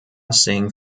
sing